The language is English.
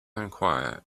enquire